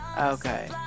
Okay